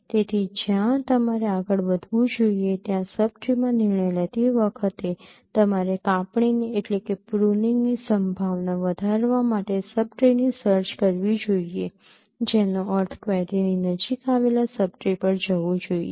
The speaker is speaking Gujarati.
તેથી જ્યાં તમારે આગળ વધવું જોઈએ ત્યાં સબ ટ્રીમાં નિર્ણય લેતી વખતે તમારે કાપણીની સંભાવના વધારવા માટે સબ ટ્રીની સર્ચ કરવી જોઈએ જેનો અર્થ ક્વેરીની નજીક આવેલા સબ ટ્રી પર જવું જોઈએ